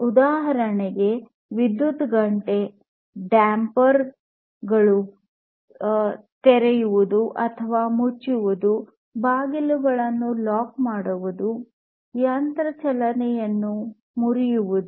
ಉದಾಹರಣೆಗೆ ವಿದ್ಯುತ್ ಗಂಟೆ ಡ್ಯಾಂಪರ್ಗಳನ್ನು ತೆರೆಯುವುದು ಮತ್ತು ಮುಚ್ಚುವುದು ಬಾಗಿಲುಗಳನ್ನು ಲಾಕ್ ಮಾಡುವುದು ಯಂತ್ರ ಚಲನೆಯನ್ನು ಮುರಿಯುವುದು